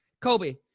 Kobe